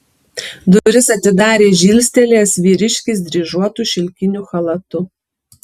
duris atidarė žilstelėjęs vyriškis dryžuotu šilkiniu chalatu